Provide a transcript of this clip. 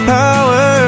power